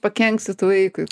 pakenksit vaikui